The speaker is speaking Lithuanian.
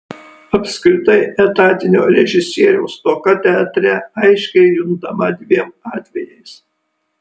apskritai etatinio režisieriaus stoka teatre aiškiai juntama dviem atvejais